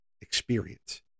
experience